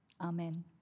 Amen